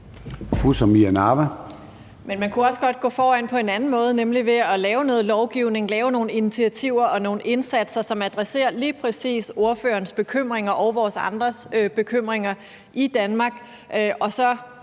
man kunne også godt gå foran på en anden måde, nemlig ved at lave noget lovgivning og nogle initiativer og indsatser, som adresserer lige præcis ordførerens bekymringer og vores andres bekymringer i Danmark,